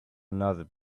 another